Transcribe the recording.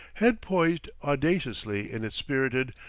head poised audaciously in its spirited,